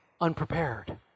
unprepared